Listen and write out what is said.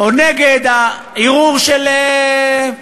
או נגד הערעור של חברת